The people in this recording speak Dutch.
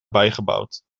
bijgebouwd